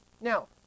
Now